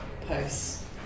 posts